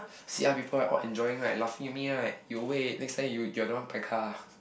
see other people all enjoying right laughing at me right you wait next time you you are the one bai kah